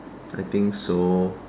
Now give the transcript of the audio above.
I think so